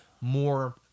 more